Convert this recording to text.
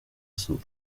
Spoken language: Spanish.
sur